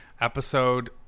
episode